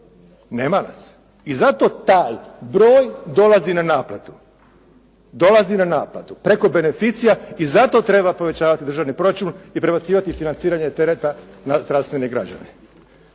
Nema nas. I zato taj broj dolazi na naplatu. Dolazi na naplatu preko beneficija i zato treba povećavati državni proračun i prebacivati financiranje tereta na zdravstvene građane.